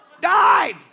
Died